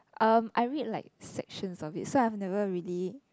um I read like sections of it so I never really